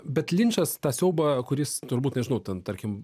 bet linčas tą siaubą kuris turbūt nežinau ten tarkim